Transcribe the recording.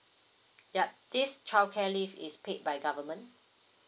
ya this childcare leave is paid by government